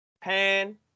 Pan